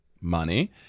money